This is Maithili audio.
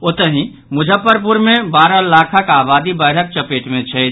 ओतहि मुजफ्फरपुर मे बारह लाखक आबादी बाढ़िक चपेट मे छथि